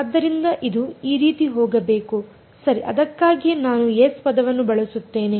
ಆದ್ದರಿಂದ ಇದು ಈ ರೀತಿ ಹೋಗಬೇಕು ಸರಿ ಅದಕ್ಕಾಗಿಯೇ ನಾನು S ಪದವನ್ನು ಬಳಸುತ್ತೇನೆ